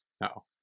no